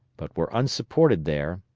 but were unsupported there,